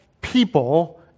people